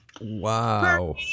Wow